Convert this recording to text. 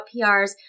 PRs